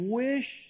wish